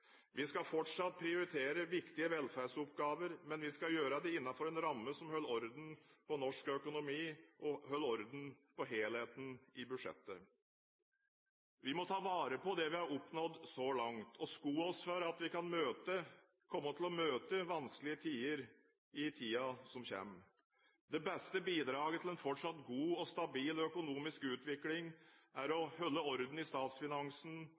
Vi skal fortsatt prioritere viktige velferdsoppgaver, men vi skal gjøre det innenfor en ramme som holder orden på norsk økonomi og på helheten i budsjettet. Vi må ta vare på det vi har oppnådd så langt, og være skodd for at vi kan komme til å møte vanskelige tider. Det beste bidraget til en fortsatt god og stabil økonomisk utvikling er å holde orden i